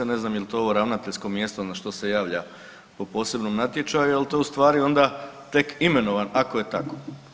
Ne znam jel' to ravnateljsko mjesto na što se javlja po posebnom natječaju, ali to je u stvari onda tek imenovan ako je tako.